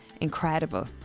Incredible